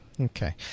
Okay